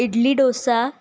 idli dosa